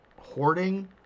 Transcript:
hoarding